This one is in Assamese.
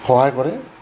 সহায় কৰে